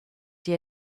die